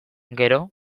gero